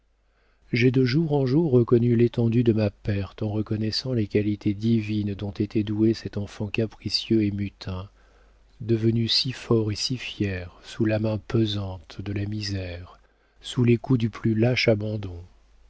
j'ai de jour en jour reconnu l'étendue de ma perte en reconnaissant les qualités divines dont était doué cet enfant capricieux et mutin devenu si fort et si fier sous la main pesante de la misère sous les coups du plus lâche abandon